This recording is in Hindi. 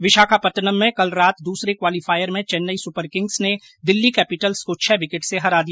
विशाखापत्तनम में कल रात दूसरे क्वालीफायर में चेन्नई सुपर किंग्स ने दिल्ली कैपिटल्स को छह विकेट से हरा दिया